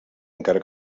encara